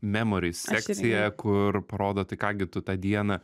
memori sekciją kur parodo tai ką gi tu tą dieną